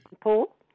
Paul